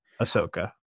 Ahsoka